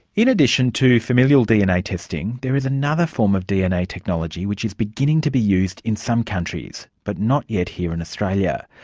in addition to familial dna testing, there is another form of dna technology which is beginning to be used in some countries, but not yet here in australia.